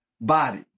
body